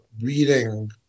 reading